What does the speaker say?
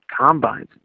combines